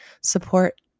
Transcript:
support